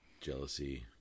jealousy